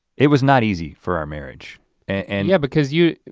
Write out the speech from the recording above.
it was not easy for our marriage and yeah, because you